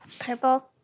Purple